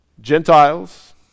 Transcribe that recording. Gentiles